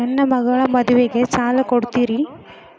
ನನ್ನ ಮಗಳ ಮದುವಿಗೆ ಸಾಲ ಕೊಡ್ತೇರಿ?